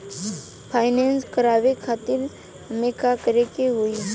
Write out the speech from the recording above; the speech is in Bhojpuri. फाइनेंस करावे खातिर हमें का करे के होई?